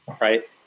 Right